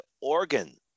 organ